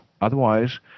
Otherwise